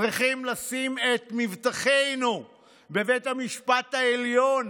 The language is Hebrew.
צריכים לשים את מבטחנו בבית המשפט העליון,